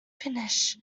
finish